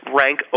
rank